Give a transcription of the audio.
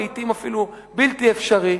לעתים אפילו בלתי אפשרי,